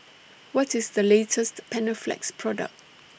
What IS The latest Panaflex Product